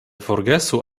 forgesu